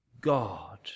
God